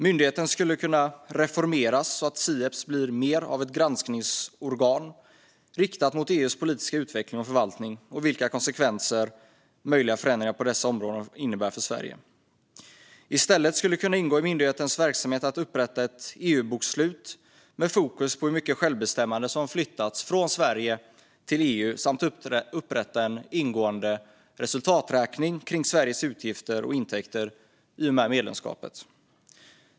Myndigheten skulle kunna reformeras så att Sieps blir mer av ett granskningsorgan riktat mot EU:s politiska utveckling och förvaltning och vilka konsekvenser möjliga förändringar på dessa områden skulle innebära för Sverige. Det skulle kunna ingå i myndighetens verksamhet att upprätta ett EU-bokslut med fokus på hur mycket självbestämmande som flyttats från Sverige till EU samt att upprätta en ingående resultaträkning kring Sveriges utgifter och intäkter i och med medlemskapet.